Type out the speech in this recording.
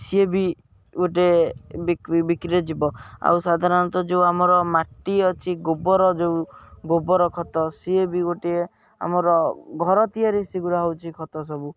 ସେ ବି ଗୋଟେ ବିକ୍ରି ବିକ୍ରିରେ ଯିବ ଆଉ ସାଧାରଣତଃ ଯେଉଁ ଆମର ମାଟି ଅଛି ଗୋବର ଯେଉଁ ଗୋବର ଖତ ସେ ବି ଗୋଟିଏ ଆମର ଘର ତିଆରି ସେଗୁଡ଼ା ହେଉଛି ଖତ ସବୁ